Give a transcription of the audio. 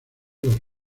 los